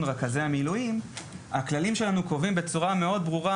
רכזי המילואים: הכללים שאנחנו קובעים בצורה מאוד ברורה.